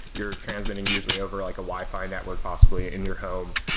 you're transmitting usually over like a wi-fi network possibly in your home.